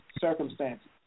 circumstances